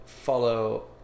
follow